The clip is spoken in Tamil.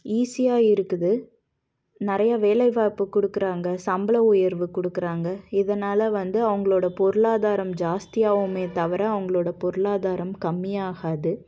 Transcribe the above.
ஈஸியாக இருக்குது நிறையா வேலைவாய்ப்பு கொடுக்குறாங்க சம்பளம் உயர்வு கொடுக்குறாங்க இதனால் வந்து அவங்ளோட பொருளாதாரம் ஜாஸ்தியாகுமே தவிர அவங்களோட பொருளாதாரம் கம்மி ஆகாது